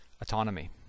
autonomy